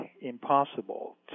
impossible